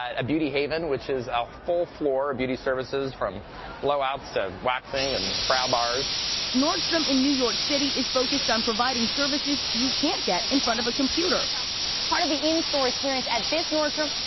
a beauty haven, which is a full floor of beauty services from blowouts to waxing and brow bars. reporter nordstrom in new york city is focused on providing services you can't get in front of a computer. part of the in-store experience at this nordstrom,